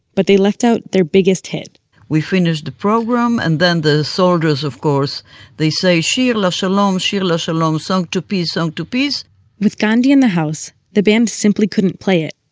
but they left out their biggest hit we finished the program and then the soldiers of course they say shir la'shalom shir la'shalom. song to peace song to peace with gandhi in the house, the band simply couldn't play it.